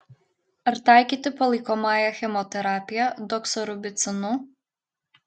ar taikyti palaikomąją chemoterapiją doksorubicinu